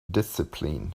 discipline